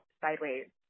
sideways